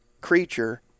creature